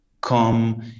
come